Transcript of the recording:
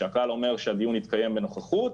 שהכלל אומר שהדיון יתקיים בנוכחות,